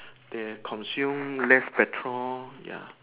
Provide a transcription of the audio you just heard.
they consume less petrol ya